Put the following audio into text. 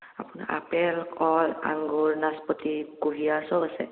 আপোনাৰ আপেল কল আঙুৰ নাচপতি কুঁহিয়াৰ চব আছে